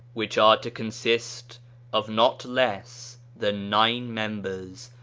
which are to consist of not less than nine mem bers,